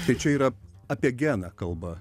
tai čia yra apie geną kalba